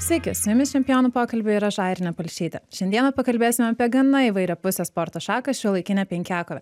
sveiki su jumis čempionų pokalbiai ir aš airinė palšytė šiandieną pakalbėsime apie gana įvairiapusę sporto šaką šiuolaikinę penkiakovę